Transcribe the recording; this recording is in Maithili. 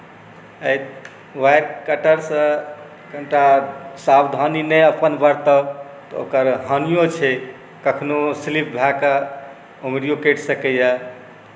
एहि व्हाइट कटरसँ कनिटा सावधानी नहि अपन बरतब तऽ ओकर हानिओ छै कखनहुँ ओ स्लिप भएके अङ्गुरिओ कटि सकैए